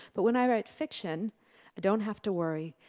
but when i write fiction, i don't have to worry.